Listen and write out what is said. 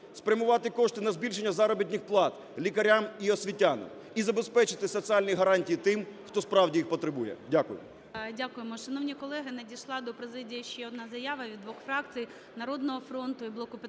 спрямувати кошти на збільшення заробітних плат лікарям і освітянам і забезпечити соціальні гарантії тим, хто справді їх потребує. Дякую. ГОЛОВУЮЧИЙ. Дякуємо. Шановні колеги! Надійшла до президії ще одна заява від двох фракцій "Народного фронту" і "Блоку Петра